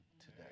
today